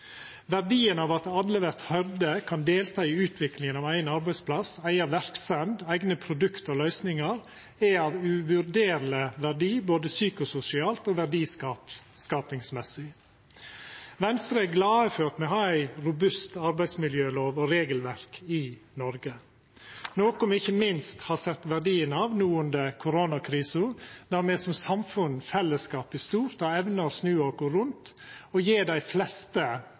Verdien av at alle vert høyrde, kan delta i utviklinga av eigen arbeidsplass, eiga verksemd, eigne produkt og løysingar, er uvurderleg både for det psykososiale og for verdiskapinga. Venstre er glade for å kunna ha ei robust arbeidsmiljølov og eit robust regelverk i Noreg, noko me ikkje minst har sett verdien av no under koronakrisa, der me som samfunn og fellesskap i stort har evna å snu oss rundt og gje dei fleste